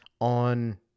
on